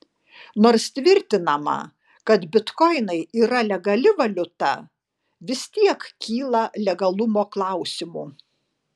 nors tvirtinama kad bitkoinai yra legali valiuta vis tiek kyla legalumo klausimų